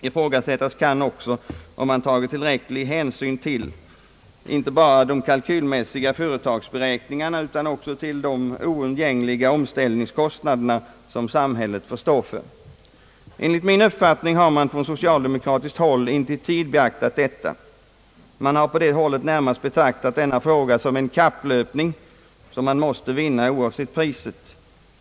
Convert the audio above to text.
Ifrågasättas kan också, om man tagit tillräcklig hänsyn inte bara till kalkylmässiga företagsberäkningar utan även till de oundvikliga omställningskostnader som samhället får stå för. Enligt min uppfattning har man från socialdemokratiskt håll inte i tid beaktat detta. Man har på det hållet närmast betraktat denna fråga som en kapplöpning som man måste vinna, oavsett priset.